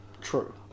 True